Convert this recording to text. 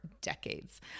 decades